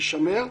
יישמר.